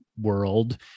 world